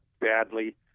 badly